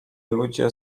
ludzie